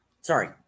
Sorry